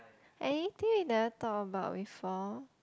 anything we never talk about before